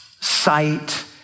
sight